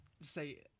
say